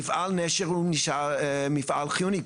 מפעל נשר הוא מפעל חיוני,